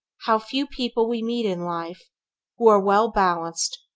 how few people we meet in life who are well balanced,